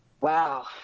Wow